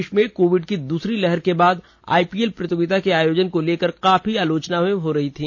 देश में कोविड की दूसरी लहर के बाद आईपीएल प्रतियोगिता के आयोजन को लेकर काफी आलोचना हो रही थी